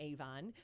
Avon